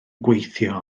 gweithio